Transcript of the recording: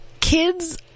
Kids